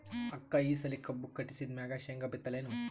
ಅಕ್ಕ ಈ ಸಲಿ ಕಬ್ಬು ಕಟಾಸಿದ್ ಮ್ಯಾಗ, ಶೇಂಗಾ ಬಿತ್ತಲೇನು?